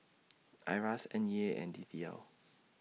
IRAS N E A and D T L